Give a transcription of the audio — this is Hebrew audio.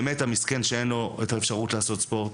המסכן שאין לו אפשרות לעשות ספורט,